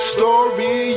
Story